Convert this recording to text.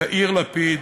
יאיר לפיד,